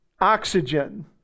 oxygen